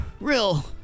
Real